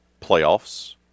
playoffs